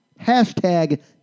Hashtag